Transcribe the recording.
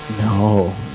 No